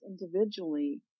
individually